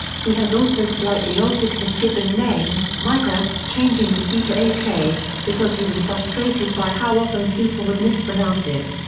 he has also slightly altered his given name, mica, changing the c to a k because he was frustrated by how often people would mispronounce it.